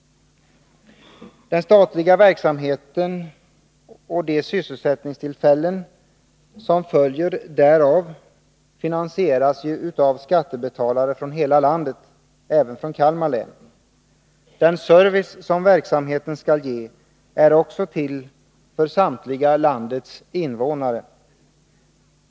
Den statliga verksamheten och de sysselsättningstillfällen som följer därav finansieras av skattebetalare från hela landet, även från Kalmar län. Den service som verksamheten skall ge är också till för samtliga landets invånare.